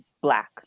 black